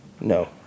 No